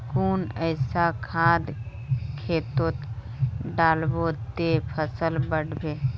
कुन ऐसा खाद खेतोत डालबो ते फसल बढ़बे?